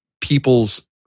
people's